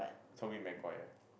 Toby-McGuire